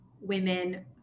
women